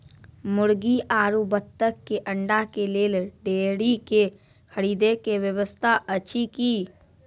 मुर्गी आरु बत्तक के अंडा के लेल डेयरी के खरीदे के व्यवस्था अछि कि?